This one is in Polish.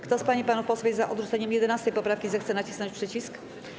Kto z pań i panów posłów jest za odrzuceniem 11. poprawki, zechce nacisnąć przycisk.